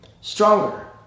stronger